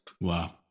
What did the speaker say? Wow